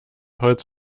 holz